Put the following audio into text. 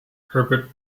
herbert